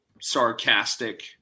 sarcastic